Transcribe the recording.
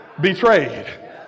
Betrayed